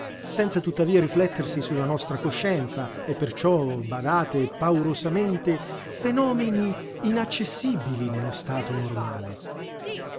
senza tuttavia riflettersi su la nostra coscienza e perciò badate paurosamente fenomeni inaccessibili nello stato normale